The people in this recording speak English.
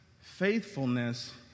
faithfulness